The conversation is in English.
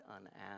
unasked